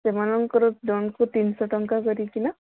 ସେମାନଙ୍କର ଜଣଙ୍କୁ ତିନି ଶହ ଟଙ୍କା କରି କିନା